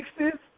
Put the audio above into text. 60s